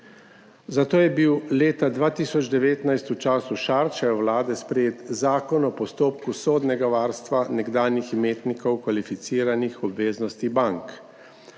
Zato je bil leta 2019, v času Šarčeve vlade, sprejet Zakon o postopku sodnega varstva nekdanjih imetnikov kvalificiranih obveznosti bank.